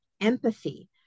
empathy